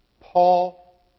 Paul